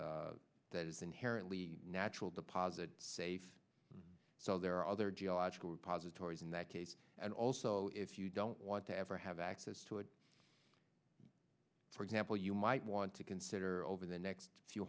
that is inherently natural deposit safe so there are other geological repositories in that case and also if you don't want to ever have access to it for example you might want to consider over the next few